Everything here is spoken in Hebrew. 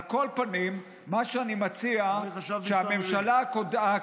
על כל פנים, מה שאני מציע הוא שהממשלה הנוכחית,